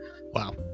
Wow